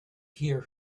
hear